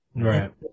right